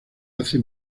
hace